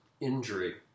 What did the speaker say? injury